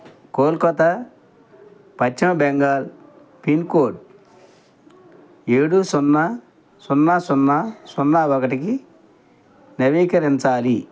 కోల్కత్తా పశ్చిమ Bengal pin code ఏడు సున్నా సున్నా సున్నా సున్నా ఒకటికి నవీకరించాలి